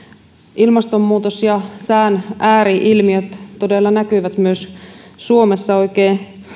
ilmastonmuutos ja sään ääri ilmiöt todella näkyvät myös suomessa oikein